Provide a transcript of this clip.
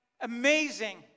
amazing